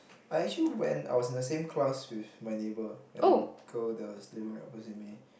I actually went I was in the same class with my neighbour like the girl that was living right opposite me